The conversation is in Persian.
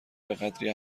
بهقدری